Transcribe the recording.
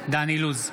דן אילוז,